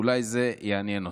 אולי זה יעניין אותך.